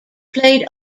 played